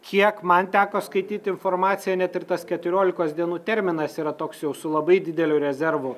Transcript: kiek man teko skaityt informaciją net ir tas keturiolikos dienų terminas yra toks jau su labai dideliu rezervu